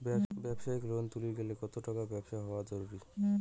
ব্যবসায়িক লোন তুলির গেলে কতো টাকার ব্যবসা হওয়া জরুরি?